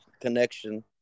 connection